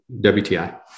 WTI